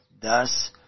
Thus